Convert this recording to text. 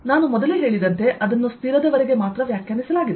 ನಾನು ಮೊದಲೇ ಹೇಳಿದಂತೆ ಅದನ್ನು ಸ್ಥಿರವರೆಗೆ ಮಾತ್ರ ವ್ಯಾಖ್ಯಾನಿಸಲಾಗಿದೆ